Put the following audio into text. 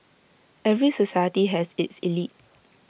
every society has its elite